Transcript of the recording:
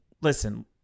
Listen